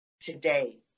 today